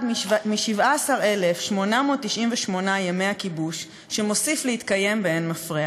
אחד מ-17,898 ימי הכיבוש שמוסיף להתקיים באין מפריע?